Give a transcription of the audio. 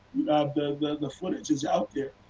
the the footage is out there.